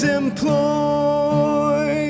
employ